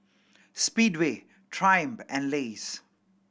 Speedway Triumph and Lays